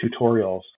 tutorials